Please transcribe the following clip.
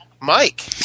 Mike